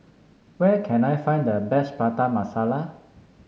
where can I find the best Prata Masala